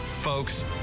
Folks